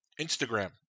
Instagram